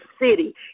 city